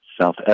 South